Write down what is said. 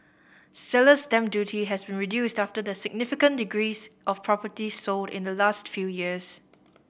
seller's stamp duty has been reduced after the significant decrease of properties sold in the last few years